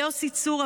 ליוסי צור,